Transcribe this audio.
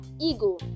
ego